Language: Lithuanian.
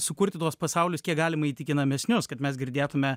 sukurti tuos pasaulius kiek galima įtikinamesnius kad mes girdėtume